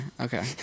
Okay